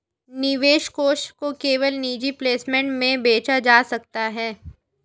निवेश कोष को केवल निजी प्लेसमेंट में बेचा जा सकता है